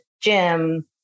gym